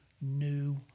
new